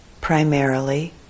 primarily